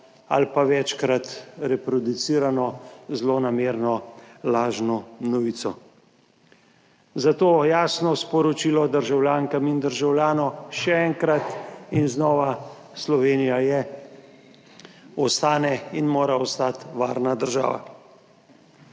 ali pa večkrat reproducirano zlonamerno lažno novico. Zato jasno sporočilo državljankam in državljanom še enkrat in znova, Slovenija je, ostane in mora ostati varna država.